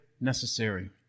necessary